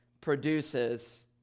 produces